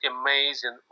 amazing